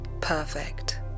perfect